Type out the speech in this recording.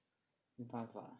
没办法